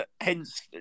hence